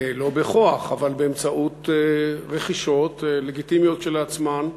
לא בכוח, אבל באמצעות רכישות לגיטימיות כשלעצמן.